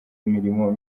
mirimo